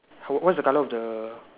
hold what is the color of the